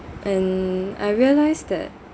and I realise that